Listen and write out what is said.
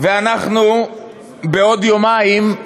ואנחנו בעוד יומיים,